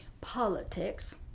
politics